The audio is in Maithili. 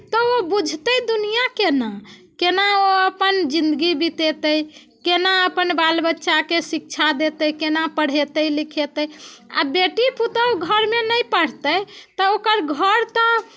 तऽ ओ बुझतै दुनिआँ केना केना ओ अपन जिन्दगी बीतेतै केना अपन बाल बच्चाके शिक्षा देतै केना पढ़ेतै लिखेतै आ बेटी पुतहु घरमे नहि पढ़तै तऽ ओकर घर तऽ